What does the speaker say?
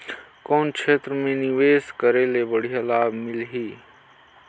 कौन क्षेत्र मे निवेश करे ले बढ़िया लाभ मिलही?